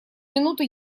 минуту